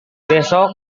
besok